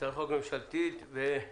הצעת חוק ממשלתית, וגם